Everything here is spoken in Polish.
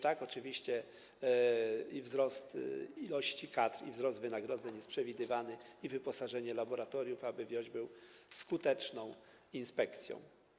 Tak, oczywiście, wzrost liczebności kadry i wzrost wynagrodzeń jest przewidywany, a także wyposażenia laboratoriów, aby WIOŚ był skuteczną inspekcją.